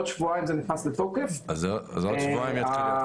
זה ייכנס לתוקף בעוד שבועיים.